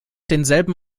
denselben